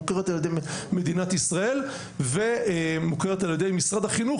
מוכרת על ידי מדינת ישראל ומוכרת על ידי משרד החינוך,